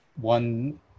one